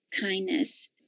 kindness